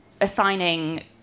assigning